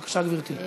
בבקשה, גברתי.